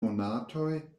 monatoj